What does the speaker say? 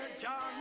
John